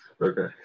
okay